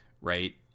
right